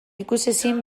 ikusezin